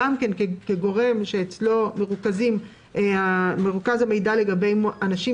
כגורם שאצלו מרוכז המידע לגבי אנשים